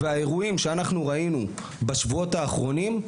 והאירועים שאנחנו ראינו בשבועות האחרונים,